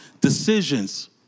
decisions